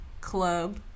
club